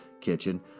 kitchen